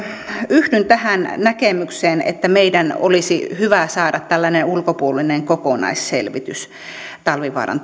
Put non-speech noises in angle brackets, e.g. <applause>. yhdyn tähän näkemykseen että meidän olisi hyvä saada tällainen ulkopuolinen kokonaisselvitys talvivaaran <unintelligible>